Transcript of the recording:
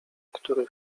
który